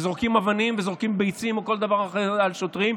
וזורקים אבנים וזורקים ביצים או כל דבר אחר על שוטרים,